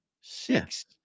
six